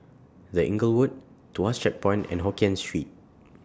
The Inglewood Tuas Checkpoint and Hokien Street